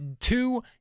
two